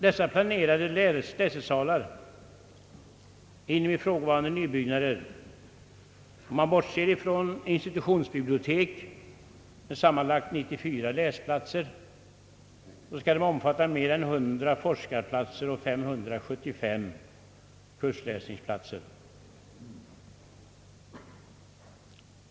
Dessa planerade läsesalar inom ifrågavarande nybyggnader skall, om man bortser från institutionsbiblioteket med sammanlagt 94 läsplatser, omfatta mer än 100 forskarplatser och 575 kursläsningsplatser.